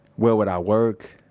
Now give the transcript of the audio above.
where would i work?